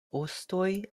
ostoj